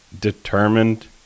determined